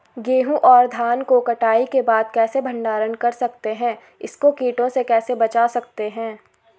गेहूँ और धान को कटाई के बाद कैसे भंडारण कर सकते हैं इसको कीटों से कैसे बचा सकते हैं?